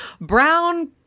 brown